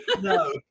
no